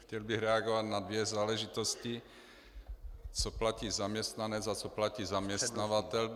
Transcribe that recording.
Chtěl bych reagovat na dvě záležitosti co platí zaměstnanec a co platí zaměstnavatel.